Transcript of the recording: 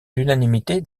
l’unanimité